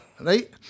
right